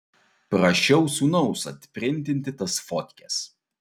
prašiau sūnaus atprintinti tas fotkes